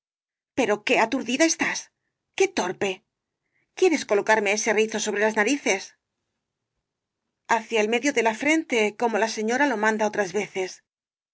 pero qué aturdida estás qué torpe quieres colocarme ese rizo sobre las narices hacia el medio de la frente como la señora lo manda otras veces